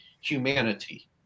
humanity